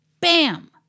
bam